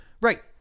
Right